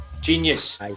Genius